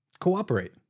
Cooperate